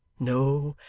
no.